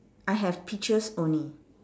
I have peaches only